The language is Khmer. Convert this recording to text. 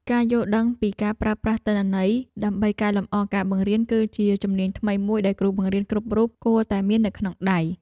ការយល់ដឹងពីការប្រើប្រាស់ទិន្នន័យដើម្បីកែលម្អការបង្រៀនគឺជាជំនាញថ្មីមួយដែលគ្រូបង្រៀនគ្រប់រូបគួរតែមាននៅក្នុងដៃ។